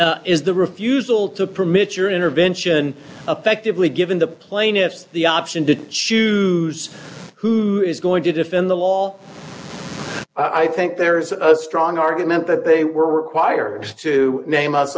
stop is the refusal to permit your intervention affectively given the plaintiffs the option to choose who is going to defend the law i think there's a strong argument that they were required to name u